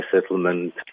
settlement